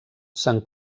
se’n